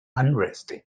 unresting